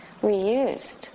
reused